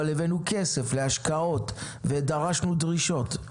אבל הבאנו כסף להשקעות ודרשנו דרישות.